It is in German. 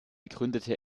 gründete